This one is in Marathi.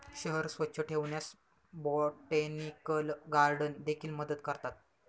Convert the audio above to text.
शहर स्वच्छ ठेवण्यास बोटॅनिकल गार्डन देखील मदत करतात